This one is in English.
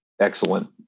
excellent